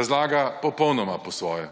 razlaga popolnoma po svoje.